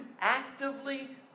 actively